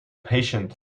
patient